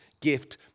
gift